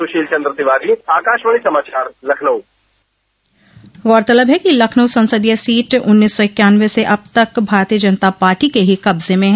सुशील चन्द्रव तिवारी आकाशवाणी समाचार लखनऊ गौरतलब है कि लखनऊ संसदीय सीट उन्नीस सौ इक्यानवे से अब तक भारतीय जनता पार्टी के ही कब्ज में है